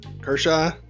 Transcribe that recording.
Kershaw